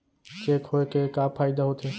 Cheque होए के का फाइदा होथे?